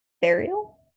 burial